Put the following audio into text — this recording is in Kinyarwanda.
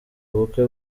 bukwe